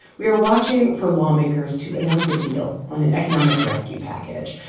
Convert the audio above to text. we are watching for lawmakers to announce a deal on an economic rescue package.